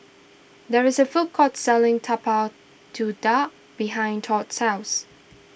there is a food court selling Tapak Kuda behind Todd's house